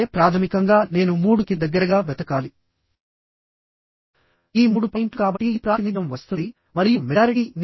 critical section కి అనుగుణంగా rupture వలన ఎంత స్ట్రెంత్ వస్తుంది అనేది కనుక్కోవాలి